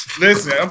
Listen